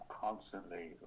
constantly